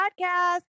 podcast